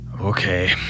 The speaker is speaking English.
Okay